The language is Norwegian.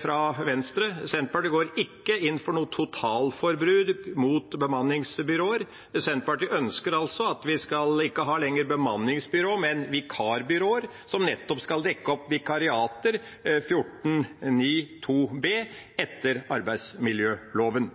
fra Venstre: Senterpartiet går ikke inn for noe totalforbud mot bemanningsbyråer. Senterpartiet ønsker at vi ikke lenger skal ha bemanningsbyråer, men vikarbyråer, som nettopp skal dekke opp vikariater, § 14-9 b i arbeidsmiljøloven.